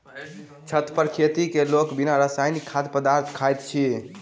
छत पर खेती क क लोक बिन रसायनक खाद्य पदार्थ खाइत अछि